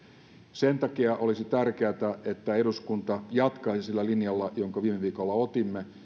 sen takia olisi tärkeätä että eduskunta jatkaisi sillä linjalla jonka viime viikolla otimme